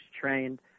trained